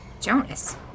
Jonas